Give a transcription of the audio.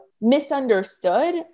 misunderstood